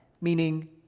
meaning